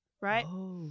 Right